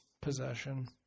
possession